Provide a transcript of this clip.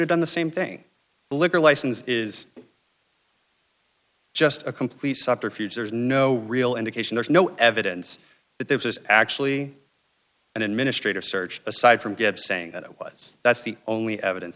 've done the same thing a liquor license is just a complete subterfuge there's no real indication there's no evidence that there's actually an administrative search aside from gibbs saying that it was that's the only evidence